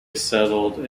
settled